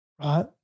right